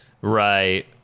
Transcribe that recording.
right